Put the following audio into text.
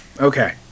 Okay